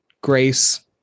grace